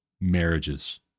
marriages